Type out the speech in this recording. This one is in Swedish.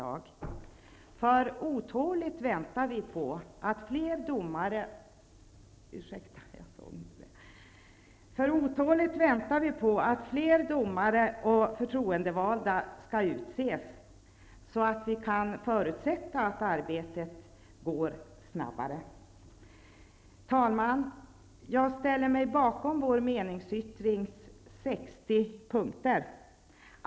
Vi väntar otåligt på att fler domare och fler förtroendevalda skall utses, så att vi kan förutsätta att arbetet går snabbare. Herr talman! Jag ställer mig bakom de 60 punkterna i vår meningsyttring.